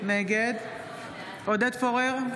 נגד עודד פורר,